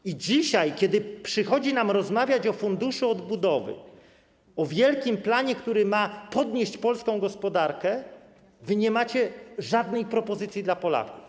I dzisiaj, kiedy przychodzi nam rozmawiać o Funduszu Odbudowy, o wielkim planie, który ma podnieść polską gospodarkę, nie macie żadnej propozycji dla Polaków.